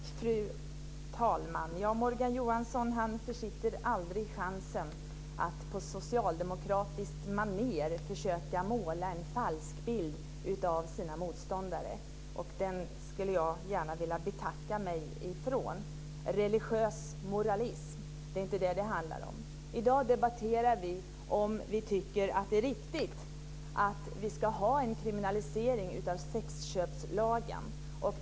Fru talman! Morgan Johansson försitter aldrig chansen att på socialdemokratiskt manér försöka måla en falsk bild av sina motståndare. Jag betackar mig gärna för den. Religiös moralism är inte vad det handlar om. I dag debatterar vi om vi tycker att det är riktigt att ha en kriminalisering av sexköp.